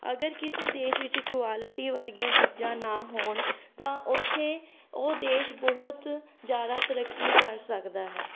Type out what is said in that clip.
ਅਗਰ ਕਿਸੇ ਦੇਸ਼ ਵਿੱਚ ਇਕੁਆਲਿਟੀ ਵਰਗੀਆਂ ਚੀਜ਼ਾਂ ਨਾ ਹੋਣ ਤਾਂ ਉੱਥੇ ਉਹ ਦੇਸ਼ ਬਹੁਤ ਜ਼ਿਆਦਾ ਤਰੱਕੀ ਕਰ ਸਕਦਾ ਹੈ